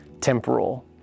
temporal